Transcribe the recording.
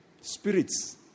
Spirits